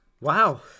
Wow